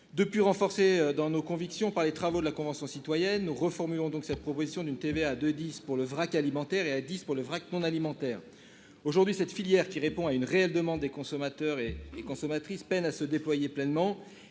Renforcés dans nos convictions par les travaux de la Convention citoyenne, nous reformulons la proposition d'une TVA à 2,1 % pour le vrac alimentaire et à 10 % pour le vrac non alimentaire. Cette filière, qui répond à une réelle demande des consommateurs et consommatrices, peine à se déployer pleinement.